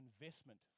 investment